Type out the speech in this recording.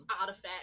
artifact